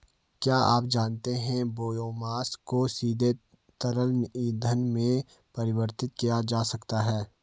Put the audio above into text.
क्या आप जानते है बायोमास को सीधे तरल ईंधन में परिवर्तित किया जा सकता है?